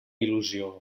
il·lusió